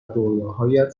رویاهایت